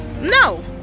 No